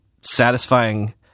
satisfying